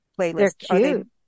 playlist